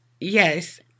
yes